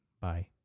Bye